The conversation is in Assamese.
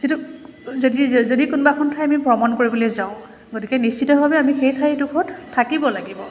যিটো যদি যদি কোনোবা এখন ঠাই আমি ভ্ৰমণ কৰিবলৈ যাওঁ গতিকে নিশ্চিতভাৱে আমি সেই ঠাইডোখৰত থাকিব লাগিব